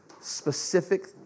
specific